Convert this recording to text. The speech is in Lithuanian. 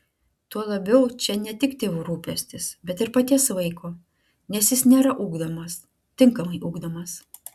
tuo labiau čia ne tik tėvų rūpestis bet ir paties vaiko nes jis nėra ugdomas tinkamai ugdomas